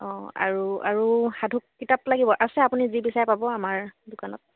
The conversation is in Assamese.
অঁ আৰু আৰু সাধু কিতাপ লাগিব আছে আপুনি যি বিচাৰে পাব আমাৰ দোকানত